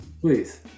Please